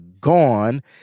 gone